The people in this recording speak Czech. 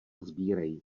sbírej